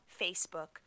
Facebook